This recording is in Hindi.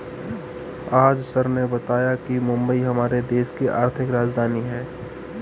आज सर ने बताया कि मुंबई हमारे देश की आर्थिक राजधानी है